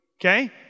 Okay